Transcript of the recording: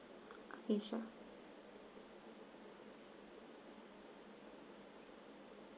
okay sure